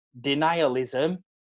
denialism